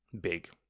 big